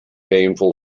painful